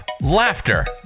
laughter